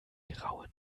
grauen